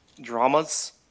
dramas